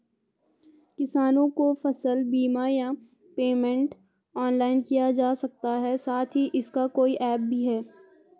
किसानों को फसल बीमा या पेमेंट ऑनलाइन किया जा सकता है साथ ही इसका कोई ऐप भी है?